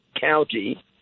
county